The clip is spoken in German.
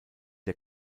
der